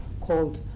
called